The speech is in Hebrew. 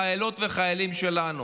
החיילות והחיילים שלנו.